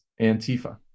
Antifa